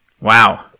Wow